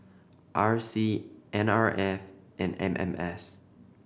R C N R F and M M S